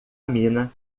mina